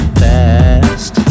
past